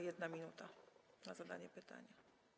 1 minuta na zadanie pytania.